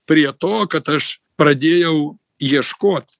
prie to kad aš pradėjau ieškot